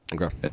Okay